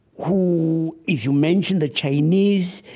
who, if you mention the chinese,